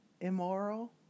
immoral